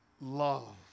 love